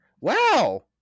Wow